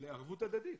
לערבות הדדית.